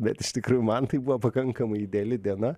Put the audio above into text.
bet iš tikrųjų man tai buvo pakankamai ideali diena